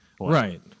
Right